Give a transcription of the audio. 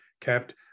kept